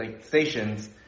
stations